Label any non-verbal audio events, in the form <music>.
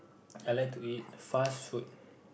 I like to eat fast food <breath>